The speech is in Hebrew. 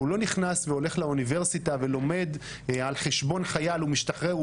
הוא לא נכנס והולך לאוניברסיטה ולומד על חשבון חייל ומשתחרר.